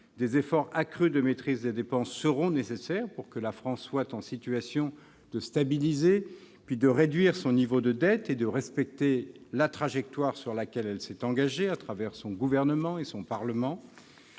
Des efforts accrus de maîtrise des dépenses seront nécessaires pour que la France puisse stabiliser puis réduire son niveau de dette et respecter la trajectoire sur laquelle elle s'est engagée à travers son gouvernement et son Parlement.